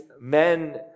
men